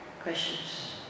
questions